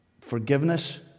forgiveness